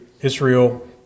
Israel